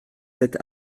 cette